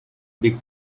big